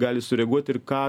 gali sureaguot ir ką